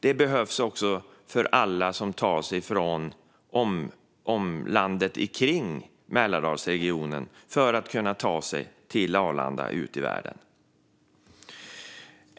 Det behövs också för att alla i landet runt omkring Mälardalsregionen ska kunna ta sig till Arlanda och ut i världen.